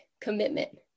commitment